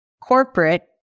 corporate